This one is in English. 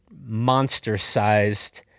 monster-sized